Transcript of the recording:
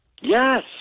Yes